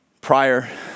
Prior